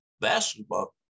basketball